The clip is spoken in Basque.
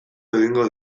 egingo